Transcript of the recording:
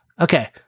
Okay